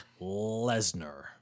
Lesnar